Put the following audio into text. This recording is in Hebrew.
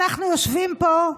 אנחנו נשב פה,